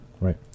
Right